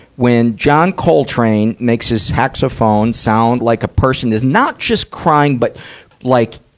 when john coltrane makes his saxophone sound like a person is not just crying, but like,